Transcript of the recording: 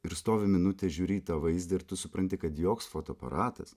ir stovi minutę žiūri į tą vaizdą ir tu supranti kad joks fotoaparatas